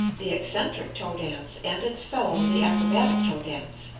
the eccentric toe dance and its fellow, the acrobatic toe dance,